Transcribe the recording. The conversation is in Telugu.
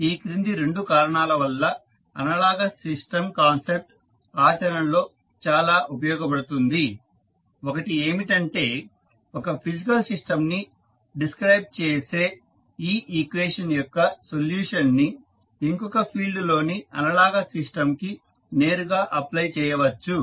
ఈ క్రింది 2 కారణాల వల్ల అనలాగస్ సిస్టం కాన్సెప్ట్ ఆచరణలో చాలా ఉపయోగపడుతుంది ఒకటి ఏమంటే ఒక ఫిజికల్ సిస్టంని డిస్క్రైబ్ చేసే ఈ ఈక్వేషన్ యొక్క సొల్యూషన్ ని ఇంకొక ఫీల్డ్ లోని అనలాగస్ సిస్టంకి నేరుగా అప్లై చేయవచ్చు